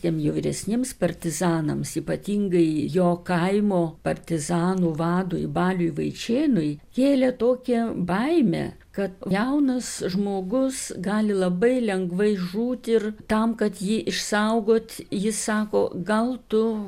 ten jau vyresniems partizanams ypatingai jo kaimo partizanų vadui baliui vaičėnui kėlė tokią baimę kad jaunas žmogus gali labai lengvai žūti ir tam kad jį išsaugot jis sako gal tu